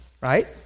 right